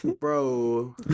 bro